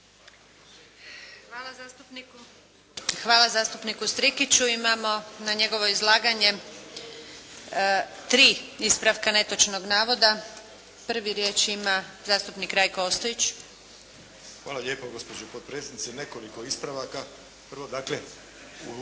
Hvala zastupniku Strikiću. Imamo na njegovo izlaganje tri ispravka netočnog navoda. Prvi riječ ima zastupnik Rajko Ostojić. **Ostojić, Rajko (SDP)** Hvala lijepo gospođo potpredsjednice. Nekoliko ispravaka. Prvo dakle, u